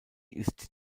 ist